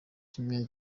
kimwe